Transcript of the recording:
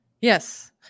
Yes